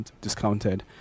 discounted